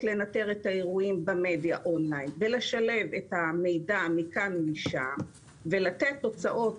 לנטר את האירועים במדיה און-ליין ולשלב את המידע מכאן ומשם ולתת תוצאות